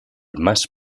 más